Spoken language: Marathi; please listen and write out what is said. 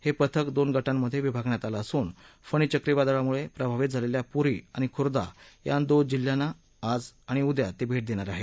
हे पथक दोन गटामधे विभागण्यात आलं असून फणी चक्रीवादळामुळे प्रभावित झालेल्या पूरी आणि खुरदा या दोन जिल्ह्यांना आज आणि उद्या भेट देणार आहे